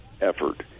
effort